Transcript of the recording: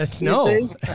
No